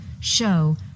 show